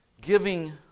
giving